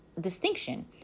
distinction